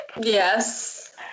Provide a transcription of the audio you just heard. Yes